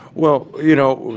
well, you know,